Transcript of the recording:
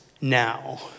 now